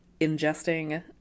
ingesting